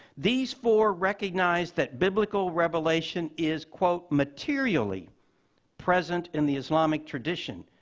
these four recognized that biblical revelation is quote, materially present in the islamic tradition,